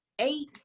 eight